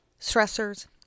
stressors